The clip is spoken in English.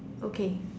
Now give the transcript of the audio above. okay